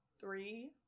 three